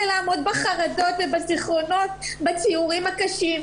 לעמוד בחרדות ובזיכרונות וזה מתבטא בציורים הקשים.